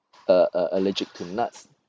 uh uh allergic to nuts